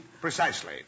Precisely